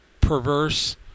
perverse